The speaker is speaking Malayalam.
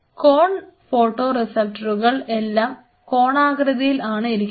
കോൺ ഫോട്ടോറിസപ്റ്ററുകൾ എല്ലാം കോണാകൃതിയിൽ ആണ് ഇരിക്കുന്നത്